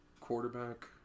quarterback